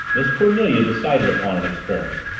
miss cornelia decided upon an experiment.